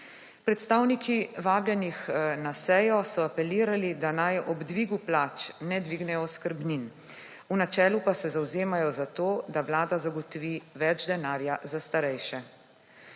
Predstavniki vabljenih na sejo so apelirali, da naj ob dvigu plač ne dvignejo oskrbnin. V načelu pa se zavzemajo zato, da Vlada zagotovi več denarja za starejše.